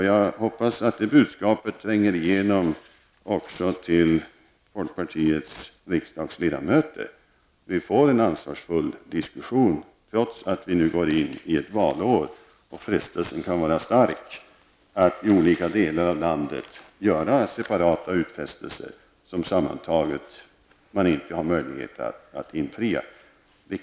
Jag hoppas att det budskapet tränger igenom också till folkpartiets riksdagsledamöter, så att vi får en ansvarsfull diskussion, trots att vi nu går in i ett valår och frestelsen kan vara stark att i olika delar av landet göra separata utfästelser, som sammantaget man inte har möjlighet att infria.